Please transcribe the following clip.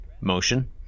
Motion